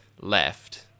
left